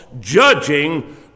judging